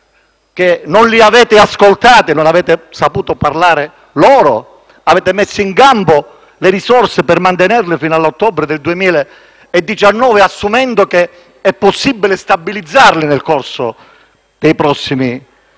non li avete ascoltati e che non avete saputo parlargli, avete messo in campo le risorse per mantenerli fino all'ottobre del 2019, assumendo che è possibile stabilizzarli nel corso dei prossimi dieci